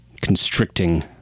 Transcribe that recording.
constricting